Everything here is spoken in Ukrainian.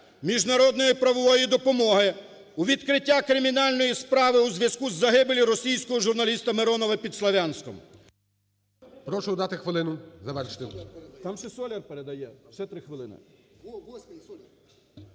міжнародної правової допомоги у відкритті кримінальної справи у зв'язку із загибеллю російського журналіста Миронова під Слов'янськом...